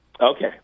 Okay